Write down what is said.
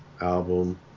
album